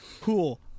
cool